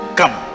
come